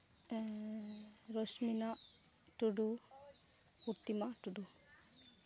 ᱨᱚᱥᱢᱤᱱᱟ ᱴᱩᱰᱩ ᱯᱨᱚᱛᱤᱢᱟ ᱴᱩᱰᱩ